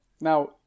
now